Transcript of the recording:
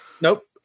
Nope